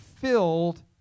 filled